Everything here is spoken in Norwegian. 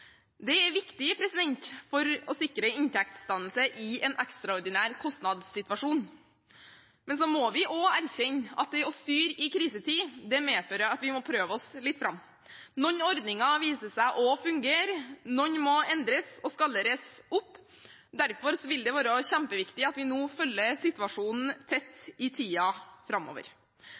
Det er viktig for å sikre inntektsdannelsen i en ekstraordinær kostnadssituasjon. Vi må også erkjenne at det å styre i krisetid medfører at vi må prøve oss litt fram. Noen ordninger viser seg å fungere, noen må endres og skaleres opp. Derfor vil det være kjempeviktig at vi følger situasjonen tett nå i tiden framover.